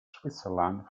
switzerland